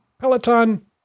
Peloton